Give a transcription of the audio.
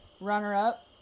runner-up